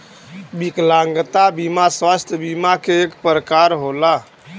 विकलागंता बिमा स्वास्थ बिमा के एक परकार होला